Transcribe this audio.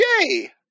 yay